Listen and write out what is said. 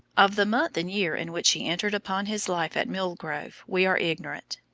of the month and year in which he entered upon his life at mill grove, we are ignorant.